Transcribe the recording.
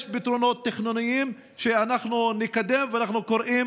יש פתרונות תכנוניים שאנחנו נקדם, ואנחנו קוראים